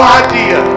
idea